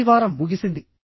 మొదటి వారం ముగిసింది